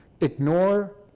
ignore